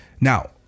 Now